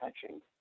touching